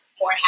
more